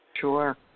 Sure